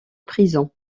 prison